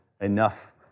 enough